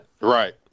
Right